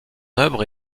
œuvre